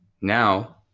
now